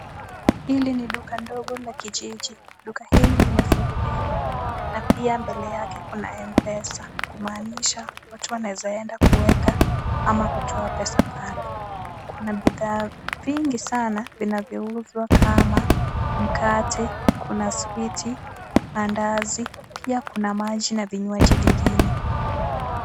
Hili ni duka ndogo la kijiji, duka hili limefunguliwa na pia mbele yake kuna Mpesa, kumaanisha watu wanaweza enda kueka ama kutoa pesa pale, kuna bidhaa nyingi sana zinazouzwa kama mkate, kuna sweet , mandazi, pia kuna maji na vinywaji vingine.